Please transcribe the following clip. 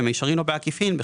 במישרין או בעקיפין,